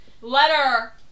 letter